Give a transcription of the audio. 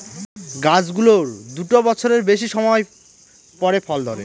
গাছ গুলোর দুটা বছরের বেশি সময় পরে ফল ধরে